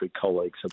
colleagues